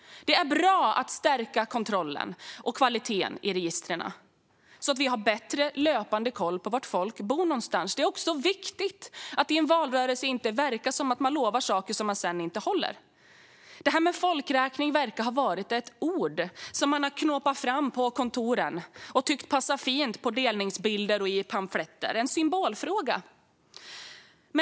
Det är bra att stärka kontrollen och kvaliteten i registren så att vi får bättre löpande koll på var folk bor. Det är viktigt att det i en valrörelse inte verkar som att man lovar saker och sedan inte håller dem. Folkräkning verkar ha varit ett ord som man har knåpat fram på kontoren och som man har tyckt passar fint på delningsbilder och i pamfletter - en symbolfråga.